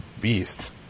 beast